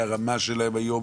מהרמה שלהם היום,